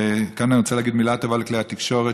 וכאן אני רוצה לומר מילה טובה לכלי התקשורת,